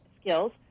skills